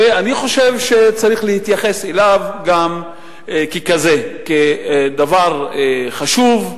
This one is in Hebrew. ואני חושב שצריך להתייחס אליו ככזה, כדבר חשוב.